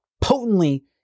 Potently